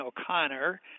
O'Connor